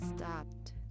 stopped